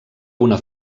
una